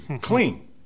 Clean